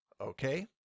Okay